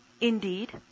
Indeed